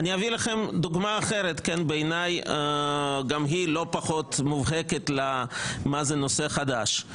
אני אתן לכם דוגמה אחרת שבעיניי גם היא לא פחות מובהקת למה זה נושא חדש.